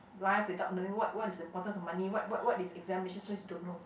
life without knowing what what is importance of money what what what is examinations cause you don't know